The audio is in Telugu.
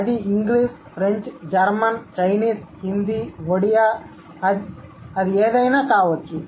అది English French German Chinese Hindi ఒడియార్ ఏదైనా కావచ్చు